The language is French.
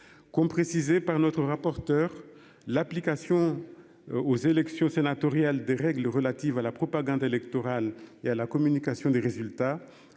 Qu'ont précisé par notre rapporteur l'application. Aux élections sénatoriales des règles relatives à la propagande électorale et à la communication des résultats.